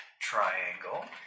Triangle